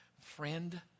friend